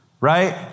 right